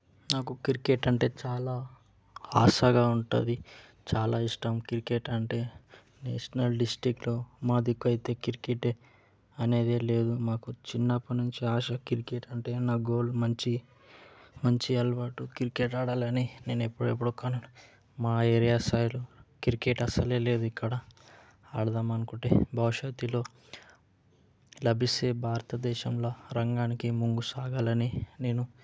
నాకు క్రికెట్ అంటే చాలా ఆశగా ఉంటుంది చాలా ఇష్టం క్రికెట్ అంటే నేషనల్ డిస్ట్రిక్ట్లో మా దిక్కు అయితే క్రికెటే అనేదే లేదు మాకు చిన్నప్పటి నుంచి ఆశ క్రికెట్ అంటే నా గోల్ మంచి మంచి అలవాటు క్రికెట్ ఆడాలని నేను ఎప్పుడెప్పుడో కనను మా ఏరియా సైడ్ క్రికెట్ అసలే లేదు ఇక్కడ ఆడదాము అనుకుంటే భవిష్యత్తులో లభిస్తే భారత దేశంలో రంగానికి ముందుకి సాగాలని నేను